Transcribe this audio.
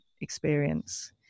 experience